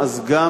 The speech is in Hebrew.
אתה יודע את זה.